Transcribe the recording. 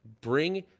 bring